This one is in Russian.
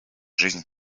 жизнь